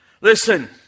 Listen